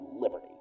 liberty